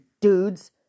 dudes